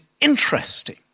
interesting